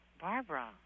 Barbara